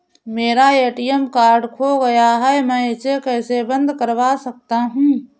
मेरा ATM card खो गया है मैं इसे कैसे बंद करवा सकता हूँ?